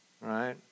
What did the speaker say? Right